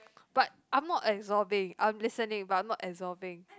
but I'm not absorbing I'm listening but I'm not absorbing